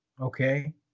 Okay